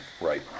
right